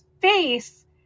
face